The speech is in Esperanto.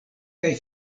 kaj